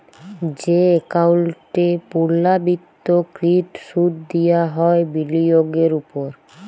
যে একাউল্টে পুর্লাবৃত্ত কৃত সুদ দিয়া হ্যয় বিলিয়গের উপর